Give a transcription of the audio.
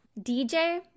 DJ